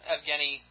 Evgeny